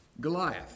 Goliath